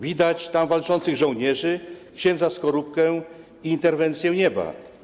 Widać tam walczących żołnierzy, księdza Skorupkę i interwencję nieba.